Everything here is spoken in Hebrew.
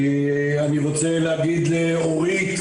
אני רוצה להגיד לאורית,